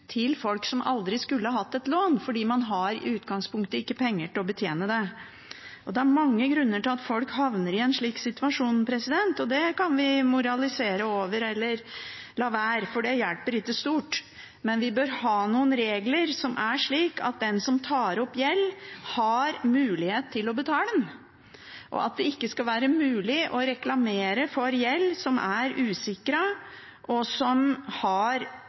til folk som aldri skulle hatt et lån, fordi man i utgangspunktet ikke har penger til å betjene det. Det er mange grunner til at folk havner i en slik situasjon, og det kan vi moralisere over – eller la være, for det hjelper ikke stort. Men vi bør ha noen regler som er slik at den som tar opp gjeld, har mulighet til å betale den, og at det ikke skal være mulig å reklamere for lån som er usikret, og som har